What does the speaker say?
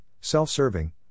self-serving